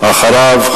אחריו,